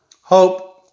Hope